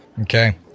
Okay